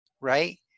right